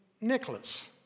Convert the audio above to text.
Nicholas